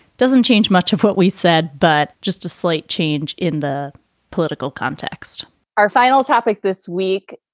doesn't change much of what we said, but just a slight change in the political context our final topic this week,